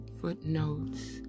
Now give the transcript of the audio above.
footnotes